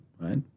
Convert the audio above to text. right